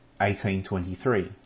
18.23